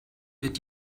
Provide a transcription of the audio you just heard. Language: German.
wird